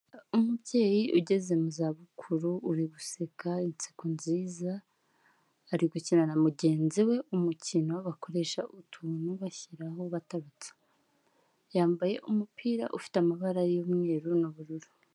Umubyeyi ugeze mu za bukuru uri guseka inseko nziza ari gukina na mugenzi we umukino bakoresha utuntu bashyiraho batarutse, yambaye umupira ufite amabara y'umweru n'ubururu.